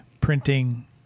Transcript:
printing